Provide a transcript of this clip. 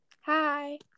Hi